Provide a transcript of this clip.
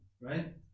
right